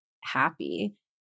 happy